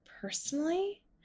personally